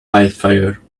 wildfire